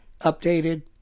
updated